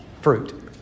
fruit